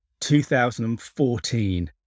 2014